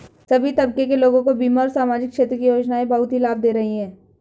सभी तबके के लोगों को बीमा और सामाजिक क्षेत्र की योजनाएं बहुत ही लाभ दे रही हैं